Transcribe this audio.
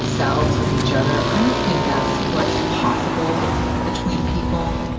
selves with each other, i don't think that's what's possible between people.